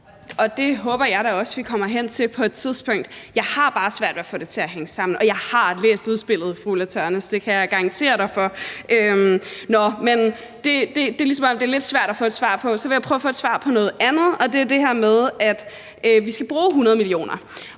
Det håber jeg da også at vi kommer hen til på et tidspunkt. Jeg har bare svært ved at få det til at hænge sammen, og jeg har læst udspillet, fru Ulla Tørnæs. Det kan jeg garantere dig for. Nå, men det er, som om det er lidt svært at få et svar på det, men så vil jeg prøve at få et svar på noget andet, og det handler om det her med, at vi skal bruge 100 mio.